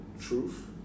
Truth